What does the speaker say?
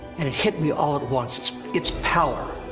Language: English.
and it hit me all at once, its its power.